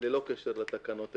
ללא קשר לתקנות היום.